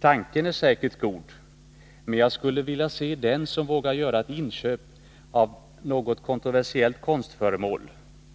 Tanken är säkert god, men jag skulle vilja se den som vågar göra ett inköp av något kontroversiellt konstföremål